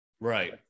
right